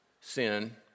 sin